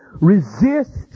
Resist